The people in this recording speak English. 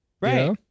Right